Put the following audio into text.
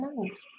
Nice